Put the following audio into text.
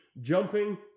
Jumping